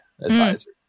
advisor